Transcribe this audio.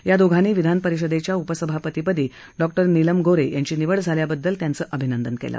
या दोघांनी विधान परिषदेच्या उपसभापतीपदी डॉ नीलम गो हे यांची निवड झाल्याबद्दल त्यांचं अभिनंदन केलं